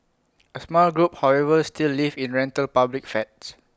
A small group however still live in rental public flats